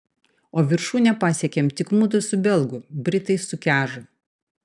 o viršūnę pasiekėm tik mudu su belgu britai sukežo